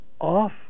off